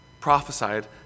prophesied